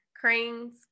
Cranes